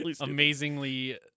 Amazingly